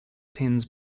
pins